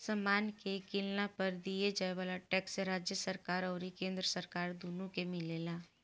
समान के किनला पर दियाये वाला टैक्स राज्य सरकार अउरी केंद्र सरकार दुनो के मिलेला